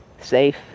safe